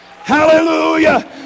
Hallelujah